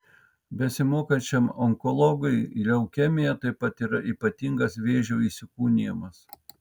besimokančiam onkologui leukemija taip pat yra ypatingas vėžio įsikūnijimas